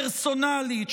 פרסונלית,